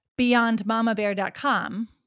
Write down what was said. beyondmamabear.com